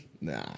Nah